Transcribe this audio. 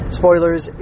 spoilers